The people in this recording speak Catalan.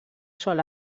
sol